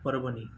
Parbhani